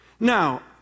Now